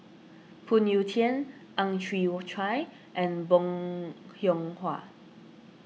Phoon Yew Tien Ang Chwee Chai and Bong Hiong Hwa